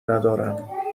ندارم